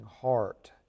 Heart